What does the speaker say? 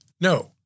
No